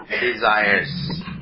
desires